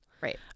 Right